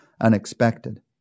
unexpected